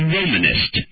Romanist